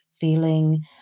feeling